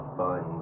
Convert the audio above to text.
fun